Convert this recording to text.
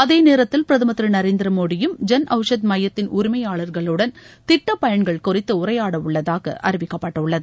அதேநேரத்தில் பிரதமர் திரு நரேந்திரமோடியும் ஜன் ஔஷத் மையத்தின் உரிமையாளர்களுடன் திட்ட பயன்கள் குறித்து உரையாடவுள்ளதாக அறிவிக்கப்பட்டுள்ளது